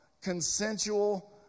consensual